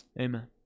Amen